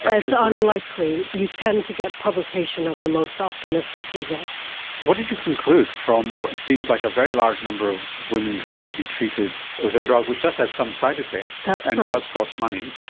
and it's ah unlikely. you tend to get publication of the most optimistic results. what did you conclude from what seems like a very large number of women having to be treated with a drug which does have some side effects and does cost money?